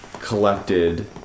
collected